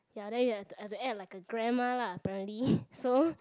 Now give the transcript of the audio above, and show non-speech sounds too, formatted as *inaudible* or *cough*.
ya then you have to I have to act like a grandma lah apparently *breath* so